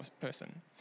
person